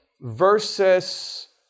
versus